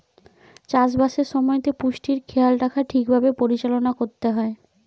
চাষ বাসের সময়তে পুষ্টির খেয়াল রাখা ঠিক ভাবে পরিচালনা করতে হয়